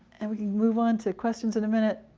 and we can move on to questions in a minute.